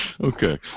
okay